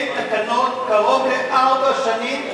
אין תקנות קרוב לארבע שנים.